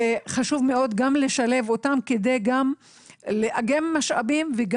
חשוב מאוד לשלב אותם כדי לאגם משאבים גם